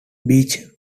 beech